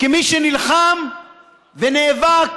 כמי שנלחם ונאבק